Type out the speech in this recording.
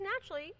naturally